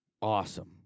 Awesome